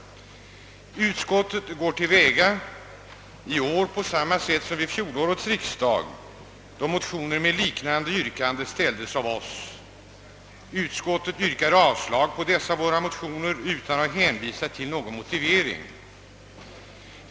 Utskottet går i år till väga på samma sätt som vid fjolårets riksdag, då motioner med liknande yrkande ställdes av oss. Utskottet yrkar avslag på dessa våra motioner utan att hänvisa till någon motivering.